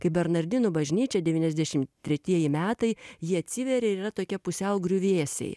kai bernardinų bažnyčia devyniasdešim tretieji metai ji atsiveria ir yra tokia pusiau griuvėsiai